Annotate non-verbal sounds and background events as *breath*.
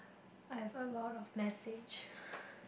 I have a lot of message *breath*